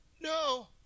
No